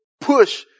push